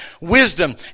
wisdom